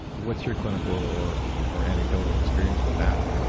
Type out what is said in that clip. what's your clinical or or anecdotal experience with that?